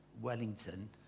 Wellington